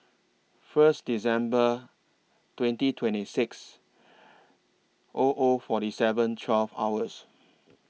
First December twenty twenty six O O forty seven twelve hours